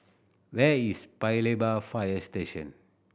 where is Paya Lebar Fire Station